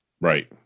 Right